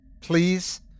Please